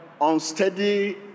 unsteady